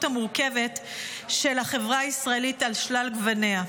המורכבת של החברה הישראלית על שלל גווניה.